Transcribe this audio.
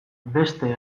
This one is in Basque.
beste